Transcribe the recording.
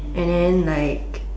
and then like